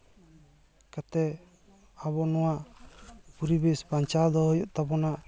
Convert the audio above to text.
ᱠᱟᱛᱮᱫ ᱟᱵᱚ ᱱᱚᱣᱟ ᱯᱚᱨᱤᱵᱮᱥ ᱵᱟᱧᱪᱟᱣ ᱫᱚᱦᱚ ᱦᱩᱭᱩᱜ ᱛᱟᱵᱚᱱᱟ